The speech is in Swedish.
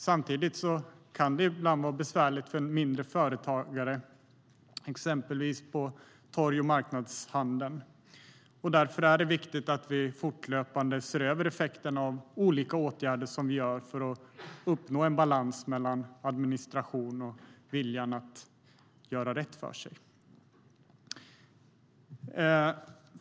Samtidigt kan det ibland vara besvärligt för en mindre företagare exempelvis inom torg och marknadshandeln. Därför är det viktigt att vi fortlöpande ser över effekterna av olika åtgärder som vi vidtar för att uppnå en balans mellan administration och viljan att göra rätt för sig.